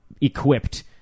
equipped